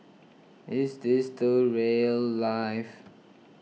is this the rail life